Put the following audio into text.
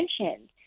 mentioned